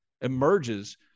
emerges